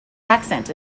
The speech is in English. accent